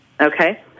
okay